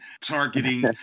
targeting